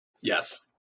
Yes